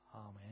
Amen